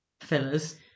fillers